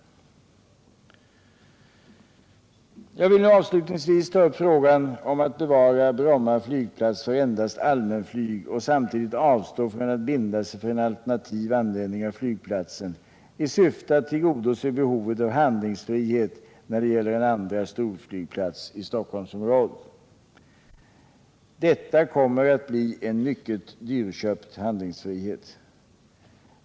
Jag vill avslutningsvis ta upp frågan om att bevara Bromma flygplats för endast allmänflyg och samtidigt avstå från att binda sig för en alternativ användning av flygplatsen i syfte att tillgodose behovet av handlingsfrihet när det gäller en andra storflygplats i Stockholmsområdet. Detta kommer att bli en mycket dyrköpt handlingsfrihet.